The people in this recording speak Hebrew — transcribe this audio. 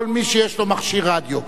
כל מי שיש לו מכשיר רדיו,